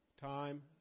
time